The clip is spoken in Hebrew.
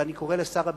ואני קורא לשר הביטחון,